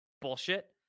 bullshit